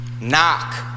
Knock